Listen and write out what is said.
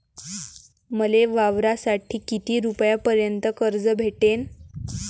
मले वावरासाठी किती रुपयापर्यंत कर्ज भेटन?